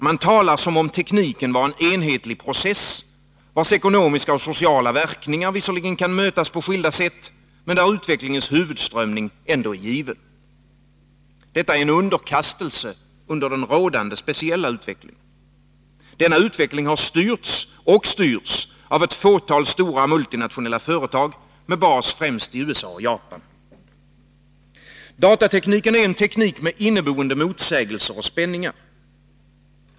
Man talar som om tekniken var en enhetlig process, vars ekonomiska och sociala verkningar visserligen kan mötas på skilda sätt, men där utvecklingens huvudströmning ändå är given. Detta är en underkastelse under den rådande speciella utvecklingen. Denna utveckling har styrts, och styrs, av ett fåtal stora multinationella företag, med bas främst i USA och Japan.